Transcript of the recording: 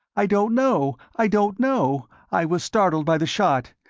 i don't know, i don't know! i was startled by the shot.